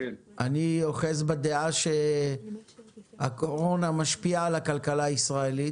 אני אוחז בדעה שהקורונה משפיעה על הכלכלה הישראלית.